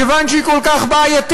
כיוון שהיא כל כך בעייתית,